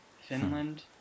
Finland